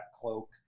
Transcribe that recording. cloak